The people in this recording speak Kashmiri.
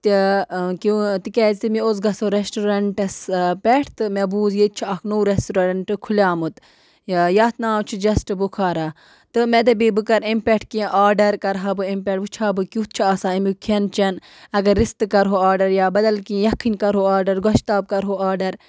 تہِ کیو تِکیٛازِ مےٚ اوس گژھو رٮ۪سٹورنٛٹَس پٮ۪ٹھ تہٕ مےٚ بوٗز ییٚتہِ چھُ اَکھ نوٚو رٮ۪سٹورَنٛٹہٕ کھُلیومُت یَتھ ناو چھُ جسٹ بُخارا تہٕ مےٚ دَپے بہٕ کَرٕ امہِ پٮ۪ٹھ کیٚنٛہہ آرڈر کَرٕ ہا بہٕ امہِ پٮ۪ٹھ وٕچھ ہا بہٕ کیُتھ چھُ آسان اَمیُک کھٮ۪ن چٮ۪ن اگر رِستہٕ کَرہو آرڈر یا بَدَل کیٚنٛہہ یَکھٕنۍ کَرٕہو آرڈر گۄشتاب کَرہو آرڈر